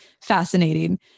fascinating